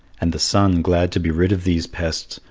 and the sun, glad to be rid of these pests,